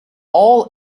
all